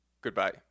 Goodbye